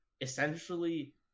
essentially